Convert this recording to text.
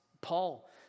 Paul